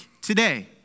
today